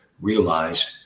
realize